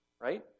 right